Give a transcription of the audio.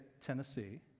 Tennessee